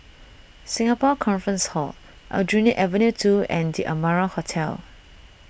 Singapore Conference Hall Aljunied Avenue two and the Amara Hotel